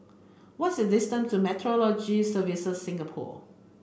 what's the distance to Meteorology Service Singapore